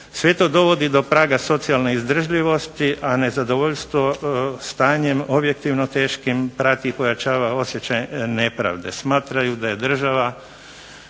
Sve to dovodi do praga socijalne izdržljivosti, a nezadovoljstvo stanjem objektivno teškim prati i pojačava osjećaj nepravde. Smatraju da je država